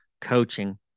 coaching